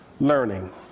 learning